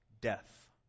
death